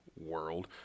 world